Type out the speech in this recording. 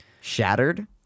Shattered